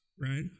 right